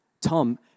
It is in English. Tom